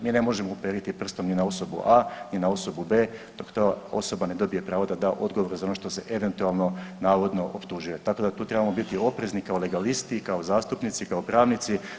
Mi ne možemo uperiti prstu ni na osobu a ni na osobu b dok ta osoba ne dobije pravo da da odgovor za ono što se eventualno navodno optužuje, tako da tu trebamo biti oprezni kao legalisti i kao zastupnici i kao pravnici.